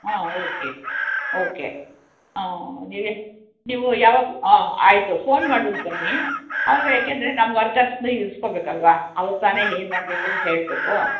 ಹಾಂ okay okay ಹಾಂ ನೀವು ನೀವು ಯಾವಾಗ ಹಾಂ ಆಯಿತು ಫೋನ್ ಮಾಡ್ಬಿಟ್ಟು ಬನ್ನಿ ಅವಾಗ ಏಕಂದರೆ ನಮ್ಮ ವರ್ಕರ್ಸ್ನ ಇರಿಸ್ಕೋಬೇಕಲ್ಲ ಅವ್ರು ತಾನೆ ಏನು ಮಾಡಬೇಕು ಅಂತ ಹೇಳಬೇಕು